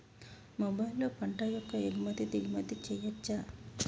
మొబైల్లో పంట యొక్క ఎగుమతి దిగుమతి చెయ్యచ్చా?